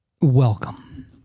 welcome